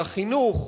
לחינוך,